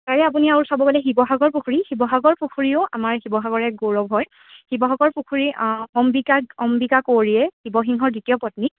তাৰে আপুনি আৰু চাব গ'লে শিৱসাগৰ পুখুৰী শিৱসাগৰ পুখুৰীও আমাৰ শিৱসাগৰ এক গৌৰৱ হয় শিৱসাগৰ পুখুৰী অম্বিকা অম্বিকা কোঁৱৰিয়ে শিৱসিংহৰ দ্বিতীয় পত্নী